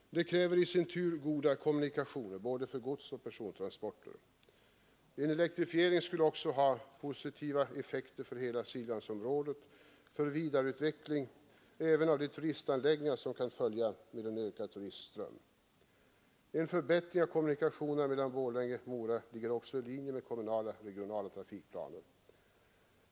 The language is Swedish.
Detta kräver i sin tur goda kommunikationer för både godsoch persontransporter. En elektrifiering skulle ha positiva effekter för hela Siljansområdet även när det gäller vidareutvecklingen av de turistanläggningar som kan följa med en ökad turistström. En förbättring av kommunikationerna mellan Borlänge och Mora ligger också i linje med kommande regionala trafikplaner.